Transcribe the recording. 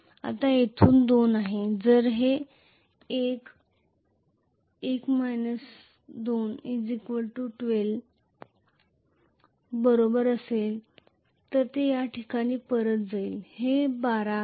आता येथून हे 2 आहे जर हे 14 14 2 12 बरोबर असेल तर ते या ठिकाणी परत जाईल जे 12 आहे